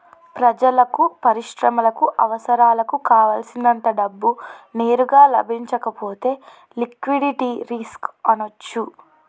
ప్రజలకు, పరిశ్రమలకు అవసరాలకు కావల్సినంత డబ్బు నేరుగా లభించకపోతే లిక్విడిటీ రిస్క్ అనొచ్చు